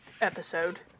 episode